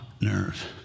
nerve